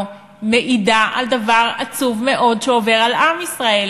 מעידה על דבר עצוב מאוד שעובר על עם ישראל.